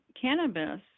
cannabis